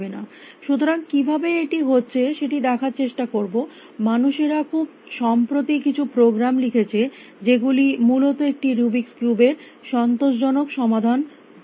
সুতরাং কিভাবে এটি হচ্ছে সেটি দেখার চেষ্টা করব মানুষেরা খুব সম্প্রতি কিছু প্রোগ্রাম লিখেছে যেগুলি মূলত একটি রুবিক্স কিউব এর সন্তোষজনক সমাধানটি বার করে দেবে